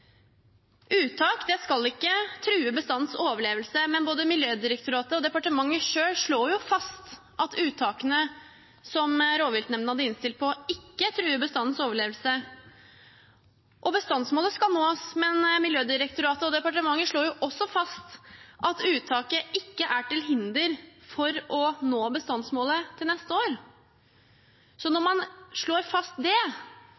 skal ikke true bestandens overlevelse, men både Miljødirektoratet og departementet slår jo selv fast at uttakene som rovviltnemndene hadde innstilt på, ikke truer bestandens overlevelse. Bestandsmålet skal nås, men Miljødirektoratet og departementet slår jo også fast at uttaket ikke er til hinder for å nå bestandsmålet til neste år. Så når man slår fast det,